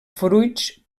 fruits